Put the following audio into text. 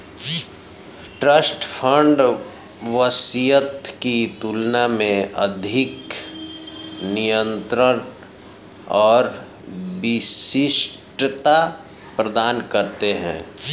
trust fund वसीयत की तुलना में अधिक नियंत्रण और विशिष्टता प्रदान करते हैं